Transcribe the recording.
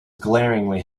glaringly